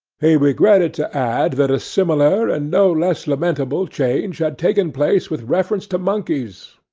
he regretted to add that a similar, and no less lamentable, change had taken place with reference to monkeys.